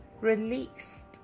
released